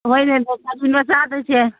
ꯍꯣꯏꯅꯦ ꯅꯣꯡꯐꯥꯗꯣꯛꯅꯤ ꯆꯥꯗꯣꯏꯁꯦ